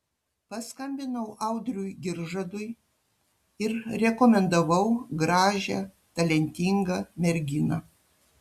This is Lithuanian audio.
paskambinau audriui giržadui ir rekomendavau gražią talentingą merginą